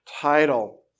title